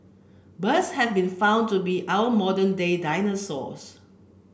birds have been found to be our modern day dinosaurs